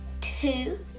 two